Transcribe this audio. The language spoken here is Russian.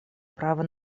права